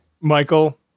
Michael